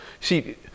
See